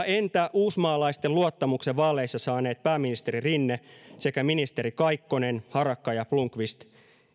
entä uusmaalaisten luottamuksen vaaleissa saaneet pääministeri rinne sekä ministerit kaikkonen harakka ja blomqvist